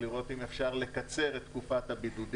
לראות אם אפשר לקצר את תקופת הבידוד.